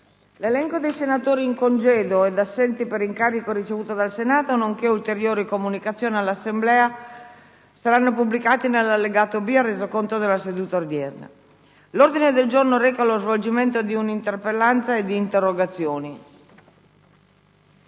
L'elenco dei senatori in congedo e assenti per incarico ricevuto dal Senato nonché ulteriori comunicazioni all'Assemblea saranno pubblicati nell'allegato B al Resoconto della seduta odierna. **Svolgimento di interpellanze e di interrogazioni**